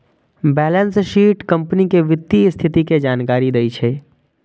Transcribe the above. balance sheet company के वित्तीय स्थिति के जानकारी दै छै